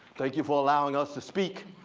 thank you for allowing us to speak.